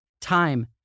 Time